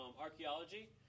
archaeology